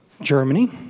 Germany